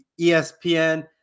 ESPN